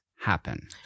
happen